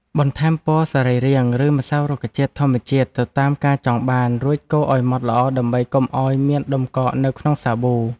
បន្ថែមពណ៌សរីរាង្គ ឬម្សៅរុក្ខជាតិធម្មជាតិទៅតាមការចង់បាន រួចកូរឱ្យម៉ត់ល្អដើម្បីកុំឱ្យមានដុំកកនៅក្នុងសាប៊ូ។